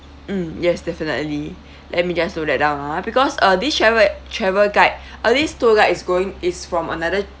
mm yes definitely let me just note that down ah because uh this travel a~ travel guide uh this tour guide is going is from another